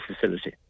facility